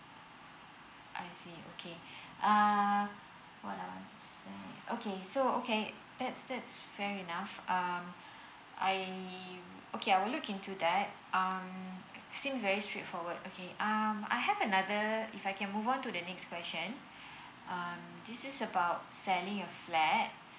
I see okay uh what I want to say okay so okay that's that's fair enough uh I okay I'll look into that um still very straightforward okay um I have another uh if I can move on to the next question uh this is about selling your flat